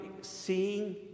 seeing